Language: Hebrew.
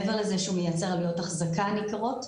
מעבר לזה שהוא מייצר עלויות אחזקה ניכרות.